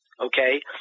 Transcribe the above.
okay